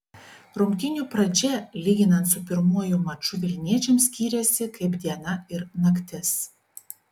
rungtynių pradžia lyginant su pirmuoju maču vilniečiams skyrėsi kaip diena ir naktis